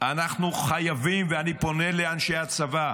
אנחנו חייבים, ואני פונה לאנשי הצבא: